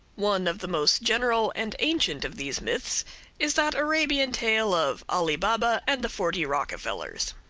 one of the most general and ancient of these myths is that arabian tale of ali baba and the forty rockefellers.